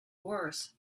worse